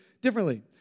differently